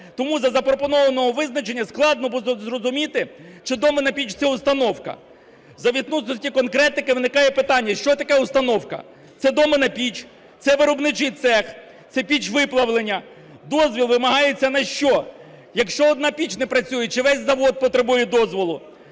Тому з запропонованого визначення складно буде зрозуміти, чи доменна піч – це установка. За відсутності конкретики виникає питання: що таке установка? Це доменна піч, це виробничий цех, це піч виплавляння? Дозвіл вимагається на що? Якщо одна піч не працює чи весь завод потребує дозволу?